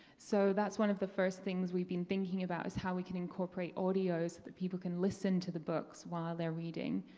so that's one of the first things we've been thinking about is how we can incorporate audios that people can listen to the books while they're reading.